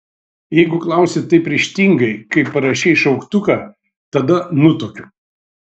jeigu klausi taip ryžtingai kaip parašei šauktuką tada nutuokiu